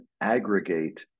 aggregate